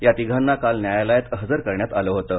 या तिघांना काल न्यायालयात हजर करण्यात आलं होतं